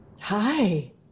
Hi